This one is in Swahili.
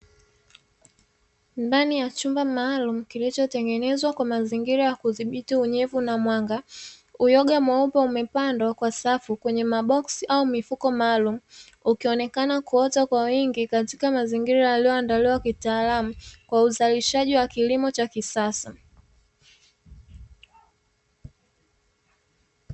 Ndani ya chumba maalumu, kilichotengenezwa kwa mazingira ya kudhibiti unyevu na mwanga. Uyoga mweupe umepandwa kwenye maboksi au mifuko maalumu, ukionekana kuota kwa wingi katika mazingira yaliyoandaliwa kitaalamu, kwa uzalishaji wa kilimo cha kisasa.